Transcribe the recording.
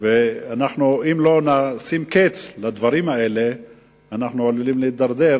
ואם לא נשים להם קץ אנחנו עלולים להידרדר